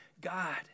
God